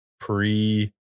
pre